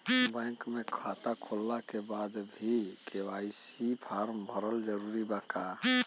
Bank में खाता होला के बाद भी के.वाइ.सी फार्म भरल जरूरी बा का?